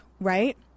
right